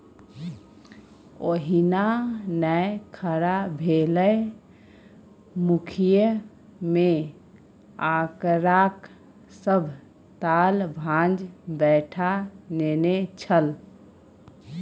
ओहिना नै खड़ा भेलै मुखिय मे आंकड़ाक सभ ताल भांज बैठा नेने छल